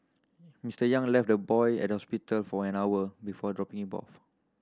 Mister Yang left the boy at the hospital for an hour before dropping him off